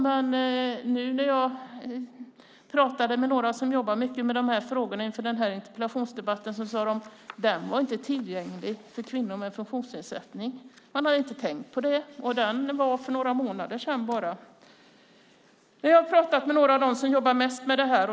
Men jag när talade med några som jobbar mycket med de här frågorna inför interpellationsdebatten sade de att den inte var tillgänglig för kvinnor med funktionsnedsättning. Man har inte tänkt på det. Den kampanjen var bara för några månader sedan. Jag har talat med några av dem som jobbat mest med detta.